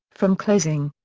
from closing.